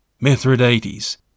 Mithridates